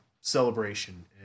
celebration